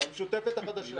המשותפת החדשה.